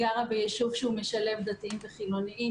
גרה ביישוב שהוא משלב דתיים וחילוניים,